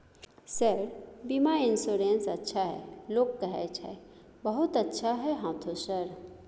Sir बीमा insurance अच्छा है लोग कहै छै बहुत अच्छा है हाँथो सर?